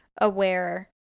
aware